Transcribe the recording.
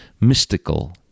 mystical